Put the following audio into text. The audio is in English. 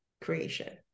creation